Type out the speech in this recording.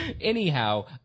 Anyhow